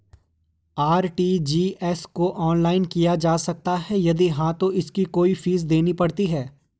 RTGS को online किया जा सकता है यदि हाँ तो इसकी कोई फीस देनी पड़ती है?